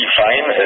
fine